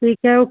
ठीक है ओके